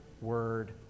word